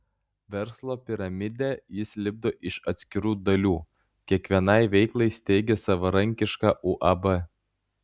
verslo piramidę jis lipdo iš atskirų dalių kiekvienai veiklai steigia savarankišką uab